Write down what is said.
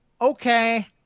okay